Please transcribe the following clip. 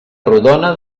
rodona